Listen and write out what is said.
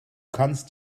kannst